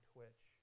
Twitch